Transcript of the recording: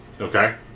Okay